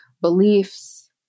beliefs